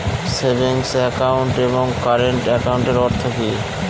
Savings account এবং current একাউন্টের অর্থ কি?